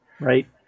Right